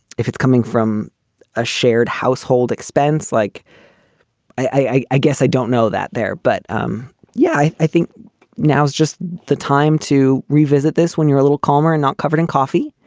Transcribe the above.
if it's coming from a shared household expense, like i i guess i don't know that there, but um yeah, i i think now is just the time to revisit this when you're a little calmer and not covered in coffee.